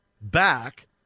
back